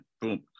Boom